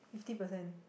fifty percent